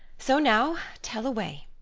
so now, tell away!